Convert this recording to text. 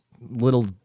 little